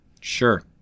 Sure